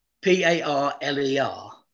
P-A-R-L-E-R